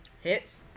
Hits